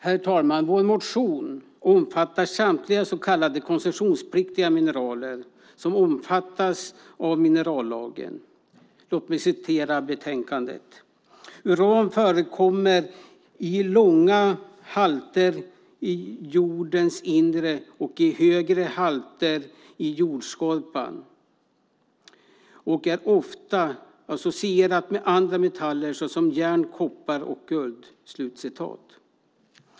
Herr talman! Vår motion omfattar samtliga så kallade koncessionspliktiga mineraler som omfattas av minerallagen. Låt mig citera ur betänkandet: "Uran förekommer i låga halter i jordens inre och i högre halter i jordskorpan och är ofta associerat med andra metaller såsom järn, koppar och guld."